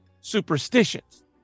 superstitions